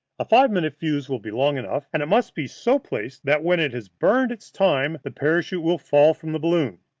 a five-minute fuse will be long enough, and it must be so placed that when it has burned its time the parachute will fall from the balloon.